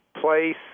place